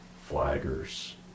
flaggers